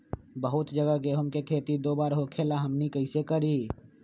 बहुत जगह गेंहू के खेती दो बार होखेला हमनी कैसे करी?